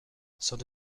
sans